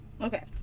Okay